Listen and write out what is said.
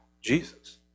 Jesus